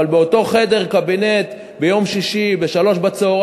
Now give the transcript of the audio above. אבל באותו חדר קבינט ביום שישי ב-15:00,